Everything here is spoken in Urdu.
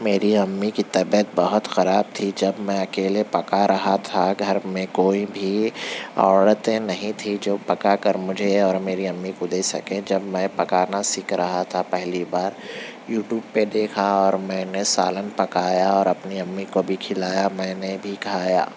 میری امی کی طبیعت بہت خراب تھی جب میں اکیلے پکا رہا تھا گھر میں کوئی بھی عورت نہیں تھی جو پکا کر مجھے اور میری امی کو دے سکے جب میں پکانا سیکھ رہا تھا پہلی بار یوٹیوب پہ دیکھا اور میں نے سالن پکایا اور اپنی امی کو بھی کھلایا میں نے بھی کھایا